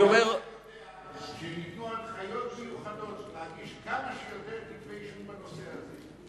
ואתה יודע שניתנו הנחיות מיוחדות להגיש כמה שיותר כתבי אישום בנושא הזה.